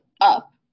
up